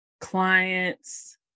clients